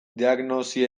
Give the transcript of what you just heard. diagnosi